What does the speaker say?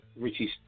Richie